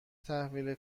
تحویل